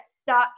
stuck